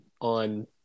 on